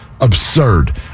Absurd